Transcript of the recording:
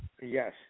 Yes